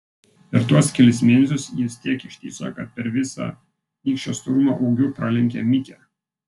per tuos kelis mėnesius jis tiek ištįso kad per visą nykščio storumą ūgiu pralenkė mikę